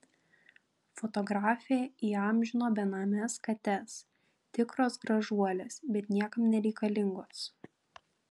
fotografė įamžino benames kates tikros gražuolės bet niekam nereikalingos